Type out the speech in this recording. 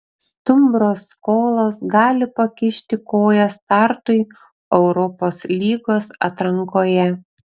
stumbro skolos gali pakišti koją startui europos lygos atrankoje